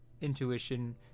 intuition